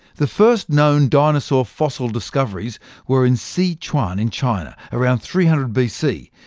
the first known dinosaur fossil discoveries were in si chuan in china around three hundred bc,